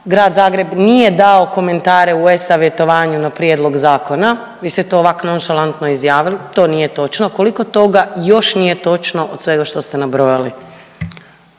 Grad Zagreb nije dao komentare u e-Savjetovanju na prijedlog zakona, vi ste to ovako nonšalantno izjavili, to nije točno, koliko toga još nije točno od svega što ste nabrojali?